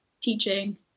teaching